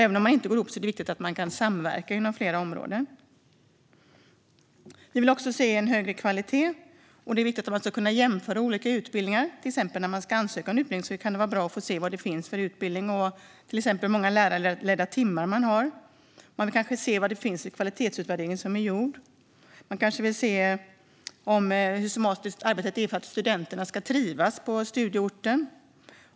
Även om man inte går ihop är det viktigt att man kan samverka inom flera områden. Vi vill också se en högre kvalitet. Det är viktigt att man ska kunna jämföra olika utbildningar. När man ska ansöka till en utbildning kan det vara bra att få se vad det finns för utbildning och till exempel hur många lärarledda timmar man har. Man vill kanske se en kvalitetsutvärdering. Man kanske vill se hur systematiskt arbetet är för att studenterna ska trivas på studieorten.